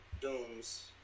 Doom's